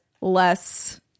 less